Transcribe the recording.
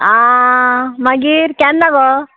आं मागीर केन्ना गो